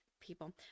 people